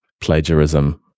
plagiarism